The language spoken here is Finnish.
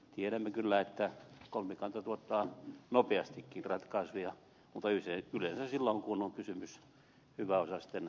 tiedämme kyllä että kolmikanta tuottaa nopeastikin ratkaisuja mutta yleensä silloin kun on kysymys hyväosaisten asemasta